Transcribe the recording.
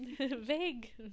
Vague